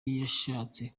yashatse